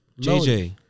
JJ